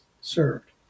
served